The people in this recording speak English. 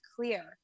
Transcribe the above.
clear